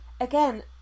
again